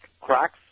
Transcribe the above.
cracks